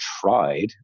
tried